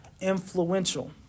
influential